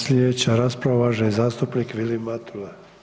Sljedeća rasprava uvaženi zastupnik Vilim Matula.